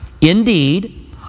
Indeed